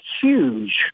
huge